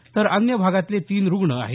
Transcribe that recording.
तर अन्य भागातले तीन रुग्ण आहेत